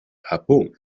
japón